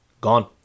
Gone